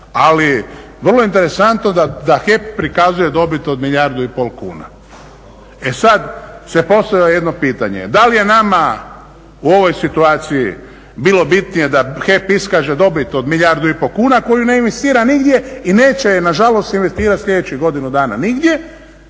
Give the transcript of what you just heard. Ali vrlo interesantno da HEP prikazuje dobit od milijardu i pol kuna. E sad se postavlja jedno pitanje, da li je nama u ovoj situaciji bilo bitnije da HEP iskaže dobit od milijardu i pol kuna koju ne investira nigdje i neće je nažalost investirati sljedećih godinu dana nigdje,